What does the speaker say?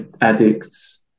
Addicts